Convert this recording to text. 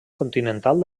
continental